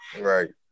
Right